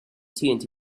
tnt